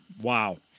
wow